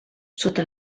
sota